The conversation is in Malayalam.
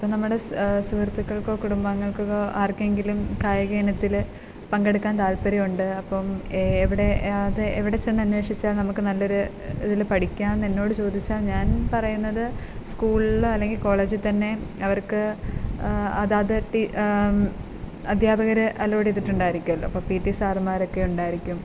ഇപ്പം നമ്മുടെ സുഹൃത്തുക്കൾക്കോ കുടുംബാംഗങ്ങൾക്കോ ആർക്കെങ്കിലും കായിക ഇനത്തിൽ പങ്കെടുക്കാൻ താല്പര്യമുണ്ട് അപ്പം എവിടെ അത് എവിടെച്ചെന്ന് അന്വേഷിച്ചാൽ നമുക്ക് നല്ലൊരു ഇതിൽ പഠിക്കാമെന്ന് എന്നോട് ചോദിച്ചാൽ ഞാൻ പറയുന്നത് സ്കൂളിൽ അല്ലെങ്കിൽ കോളേജിൽ തന്നെ അവർക്ക് അതാത് ട് അധ്യാപകർ അലോട്ട് ചെയ്തിട്ടുണ്ടായിരിക്കുമല്ലോ അപ്പം പി ടി സാറമ്മാർ ഒക്കെ ഉണ്ടായിരിക്കും